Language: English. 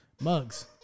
Mugs